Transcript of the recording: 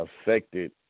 affected